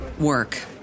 work